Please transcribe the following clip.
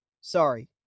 sorry